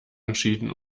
entschieden